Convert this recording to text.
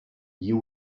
you